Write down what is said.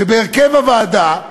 שבהרכב הוועדה,